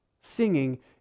Singing